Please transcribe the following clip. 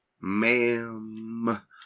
Ma'am